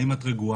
האם את רגועה?